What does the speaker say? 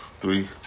three